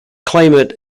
climate